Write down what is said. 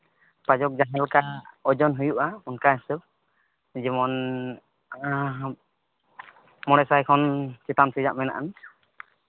ᱯᱟᱡᱚᱠ ᱡᱟᱦᱟᱸ ᱞᱮᱠᱟ ᱳᱡᱚᱱ ᱦᱩᱭᱩᱜᱼᱟ ᱚᱱᱠᱟ ᱦᱤᱥᱟᱹᱵ ᱡᱮᱢᱚᱱ ᱦᱟᱸᱜ ᱢᱚᱬᱮ ᱥᱟᱭ ᱠᱷᱚᱱ ᱪᱮᱛᱟᱱ ᱥᱮᱭᱟᱜ ᱢᱮᱱᱟᱜᱼᱟ